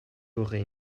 aurais